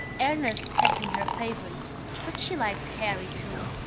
ernest had been her favourite but she liked harry too.